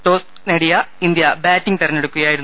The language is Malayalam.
ടോസ് നേടിയ ഇന്ത്യ ബാറ്റിങ് തെരഞ്ഞെടുക്കുകയായിരുന്നു